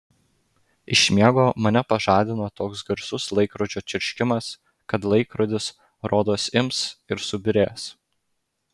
iš miego mane pažadina toks garsus laikrodžio čirškimas kad laikrodis rodos ims ir subyrės